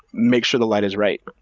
make sure the light is right.